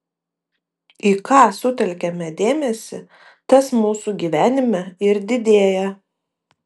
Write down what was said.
į ką sutelkiame dėmesį tas mūsų gyvenime ir didėja